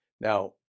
Now